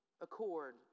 accord